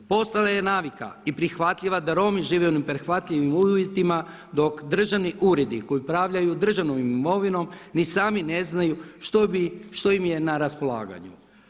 Postojala je navika i prihvatljiva da Romi žive u neprihvatljivim uvjetima dok državni uredi koji upravljaju državnom imovinom ni sami ne znaju što im je na raspolaganju.